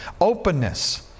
Openness